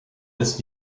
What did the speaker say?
ist